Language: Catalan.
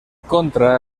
contra